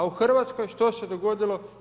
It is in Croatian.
A u Hrvatskoj što se dogodilo?